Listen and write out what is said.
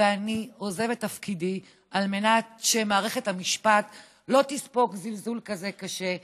ואני עוזב את תפקידי על מנת שמערכת המשפט לא תספוג זלזול כזה קשה,